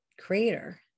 creator